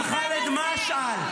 אלמוג כהן (עוצמה יהודית): אם ח'אלד משעל,